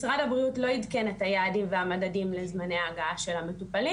משרד הבריאות לא עדכן את היעדים והמדדים לזמני ההגעה של המטופלים